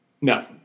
No